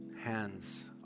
hands